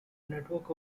network